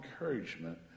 encouragement